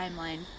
timeline